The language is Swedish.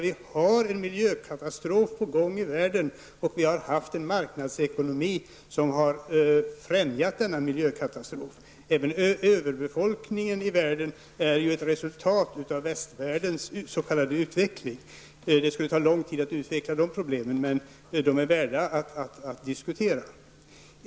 Vi har en miljökatastrof på gång i världen, och vi har haft en marknadsekonomi som har främjat denna miljökatastrof. Även överbefolkningen i världen är ett resultat av västvärldens s.k. utveckling. Det skulle ta lång tid att utveckla de problemen, men de är värda att diskutera.